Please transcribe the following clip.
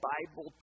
Bible